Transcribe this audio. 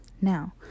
Now